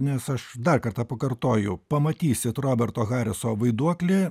nes aš dar kartą pakartoju pamatysit roberto hariso vaiduoklį